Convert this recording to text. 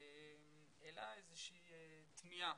העלה איזה שהיא תמיהה,